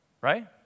Right